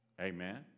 Amen